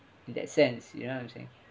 in that sense you know I'm saying